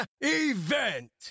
event